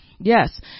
Yes